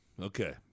Okay